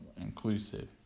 inclusive